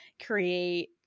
create